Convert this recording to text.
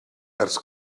ers